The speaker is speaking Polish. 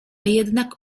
jednak